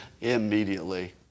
immediately